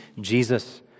Jesus